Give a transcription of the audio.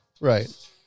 Right